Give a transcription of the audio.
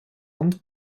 und